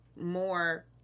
more